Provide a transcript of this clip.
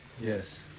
yes